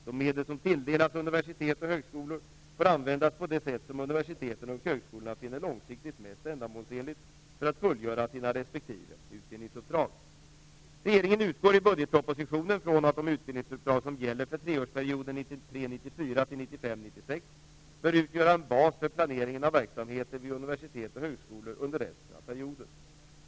De medel som tilldelas universitetet eller högskolan får användas på det sätt som universiteten och högskolorna finner långsiktigt mest ändamålsenligt för att fullgöra sina respektive utbildningsuppdrag (jfr prop. Regeringen utgår i budgetpropositionen från att de utbildningsuppdrag som gäller för treårsperioden 1993 96 bör utgöra en bas för planeringen av verksamheten vid universitet och högskolor under resten av perioden.